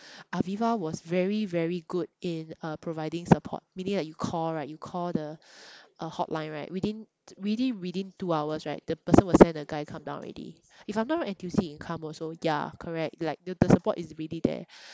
aviva was very very good in uh providing support meaning like you call right you call the uh hotline right within really within two hours right the person will send a guy come down already if I'm not wrong N_T_U_C income also ya correct like the the support is really there